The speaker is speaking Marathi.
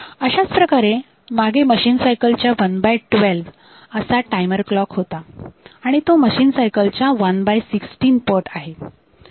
अशाच प्रकारे मागे मशीन सायकलच्या one by twelve 112 of machine cycle असा टाइमर क्लॉक होता आणि तो मशीन सायकलच्या one by sixteen 116 of machine cycle पट आहे